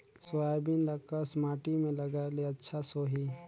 Soybean ल कस माटी मे लगाय ले अच्छा सोही?